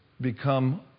become